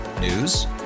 News